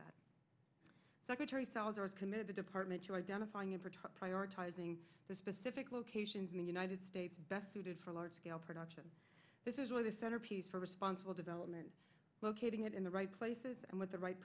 that secretary salazar committed the department to identifying and prioritizing the specific locations in the united states best suited for large scale production this is really the centerpiece for responsible development locating it in the right places and with the right